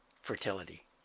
fertility